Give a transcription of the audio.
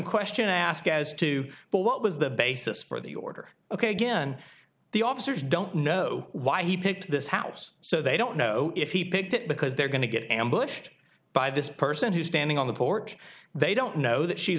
question asked as to what was the basis for the order ok again the officers don't know why he picked this house so they don't know if he picked it because they're going to get ambushed by this person who's standing on the porch they don't know that she